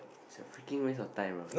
it's freaking waste of time